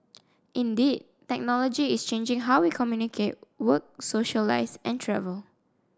indeed technology is changing how we communicate work socialise and travel